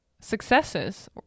successes